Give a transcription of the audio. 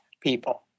people